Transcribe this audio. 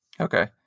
Okay